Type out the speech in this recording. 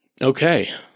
Okay